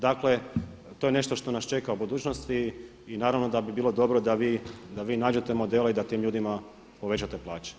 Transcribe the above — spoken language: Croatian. Dakle, to je nešto što nas čeka u budućnosti i naravno da bi bilo dobro da vi nađete modele i da tim ljudima povećate plaće.